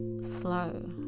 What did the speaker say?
slow